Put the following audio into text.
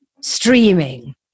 streaming